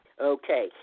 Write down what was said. Okay